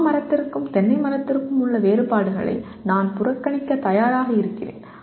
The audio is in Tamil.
மா மரத்துக்கும் தென்னை மரத்துக்கும் உள்ள வேறுபாடுகளை நான் புறக்கணிக்க தயாராக இருக்கிறேன்